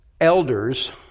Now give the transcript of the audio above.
elders